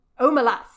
Omalas